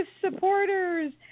supporters